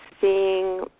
seeing